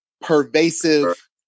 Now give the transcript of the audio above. pervasive